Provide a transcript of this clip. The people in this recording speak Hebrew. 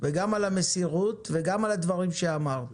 גם על המסירות וגם על הדברים שאמרת.